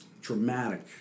dramatic